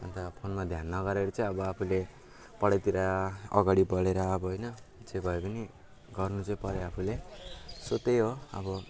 अन्त फोनमा ध्यान नगरेर चाहिँ अब आफूले पढाइतिर अगाडि बढेर अब होइन जे भए पनि गर्नु चाहिँ पऱ्यो आफूले सो त्यही अब